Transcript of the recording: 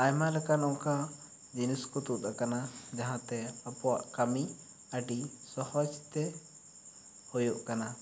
ᱟᱭᱢᱟ ᱞᱮᱠᱟᱱ ᱚᱝᱠᱟ ᱡᱤᱱᱤᱥ ᱠᱚ ᱛᱩᱫᱽ ᱟᱠᱟᱱᱟ ᱡᱟᱦᱟᱸ ᱛᱮ ᱟᱠᱚᱣᱟᱜ ᱠᱟᱹᱢᱤ ᱟᱹᱰᱤ ᱥᱚᱦᱚᱡᱽ ᱛᱮ ᱦᱩᱭᱩᱜ ᱠᱟᱱᱟ